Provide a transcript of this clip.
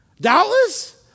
Doubtless